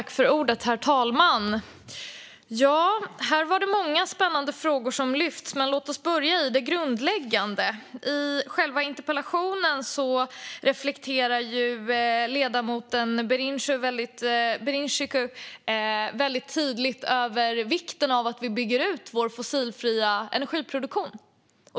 Herr talman! Ja, här var det många spännande frågor som lyftes, men låt oss börja i det grundläggande. I själva interpellationen reflekterar ledamoten Birinxhiku väldigt tydligt över vikten av att vi bygger ut vår fossilfria energiproduktion.